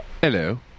Hello